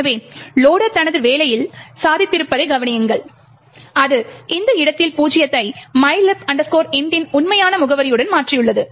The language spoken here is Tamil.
எனவே லொடர் தனது வேலையில் சாதித்திருப்பதைக் கவனியுங்கள் அது இந்த இடத்தில் பூஜ்ஜியத்தை mylib int இன் உண்மையான முகவரியுடன் மாற்றியுள்ளது